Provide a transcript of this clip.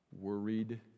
worried